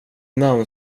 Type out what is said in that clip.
namn